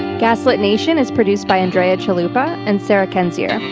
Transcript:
gaslit nation is produced by andrea chalupa and sarah kendzior.